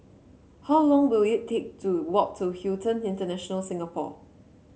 how long will it take to walk to Hilton International Singapore